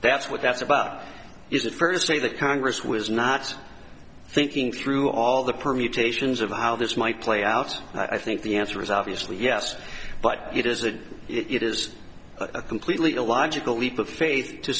that's what that's about is it fair to say that congress was not thinking through all the permutations of how this might play out i think the answer is obviously yes but it is that it is a completely illogical leap of faith to